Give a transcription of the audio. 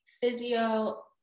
physio